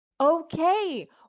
Okay